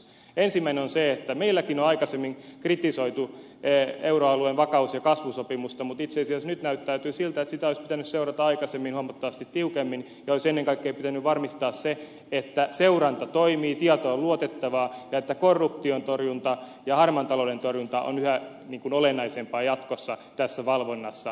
ensimmäinen on se että meilläkin on aikaisemmin kritisoitu euroalueen vakaus ja kasvusopimusta mutta itse asiassa nyt näyttäytyy siten että sitä olisi pitänyt seurata aikaisemmin huomattavasti tiukemmin ja olisi ennen kaikkea pitänyt varmistaa se että seuranta toimii tieto on luotettavaa ja korruption torjunta ja harmaan talouden torjunta on yhä olennaisempaa tässä valvonnassa jatkossa